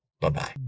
Bye-bye